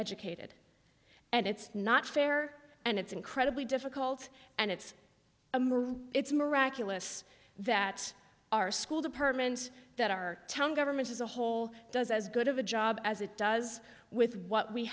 educated and it's not fair and it's incredibly difficult and it's a memory it's miraculous that our school departments that are telling government as a whole does as good of a job as it does with what we